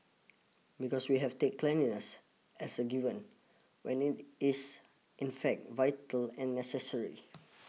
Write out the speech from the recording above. because we have take cleanliness as a given when it is in fact vital and necessary